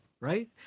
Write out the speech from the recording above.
right